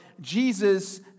Jesus